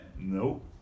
Nope